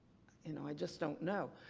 and i just don't know.